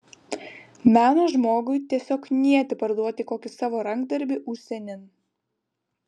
meno žmogui tiesiog knieti parduoti kokį savo rankdarbį užsienin